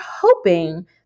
hoping